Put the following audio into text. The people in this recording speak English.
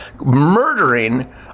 murdering